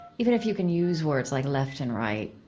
even if you can use words like left and right,